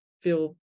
feel